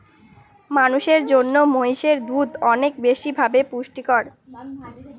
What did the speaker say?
মানুষের জন্য মহিষের দুধ অনেক বেশি ভাবে পুষ্টিকর